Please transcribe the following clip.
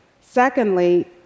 Secondly